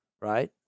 right